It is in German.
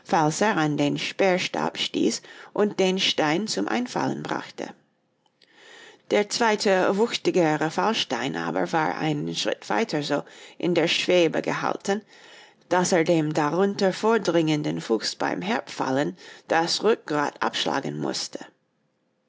den sperrstab stieß und den stein zum einfallen brachte der zweite wuchtigere fallstein aber war einen schritt weiter so in der schwebe gehalten daß er dem darunter vordringenden fuchs beim herabfallen das rückgrat abschlagen mußte